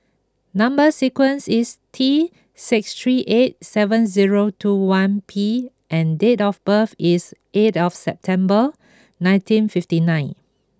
number sequence is T six three eight seven zero two one P and date of birth is eighth September nineteen fifty nine